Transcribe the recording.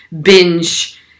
binge